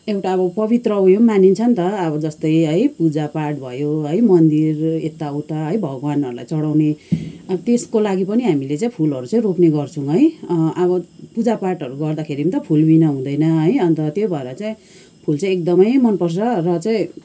एउटा अब पवित्र उयोम मानिन्छ नि त अब जस्तै है पूजापाठ भयो है मन्दिर यता उता है भगवान्हरूलाई चढाउने त्यसको लागि पनि हामीले चाहिँ फुलहरू चाहिँ रोप्ने गर्छौँ है अब पूजापाठहरू गर्दाखेरि पनि त फुल बिना हुँदैन है अन्त त्यही भएर चाहिँ फुल चाहिँ एकदमै मनपर्छ र चाहिँ